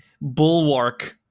Bulwark